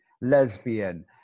lesbian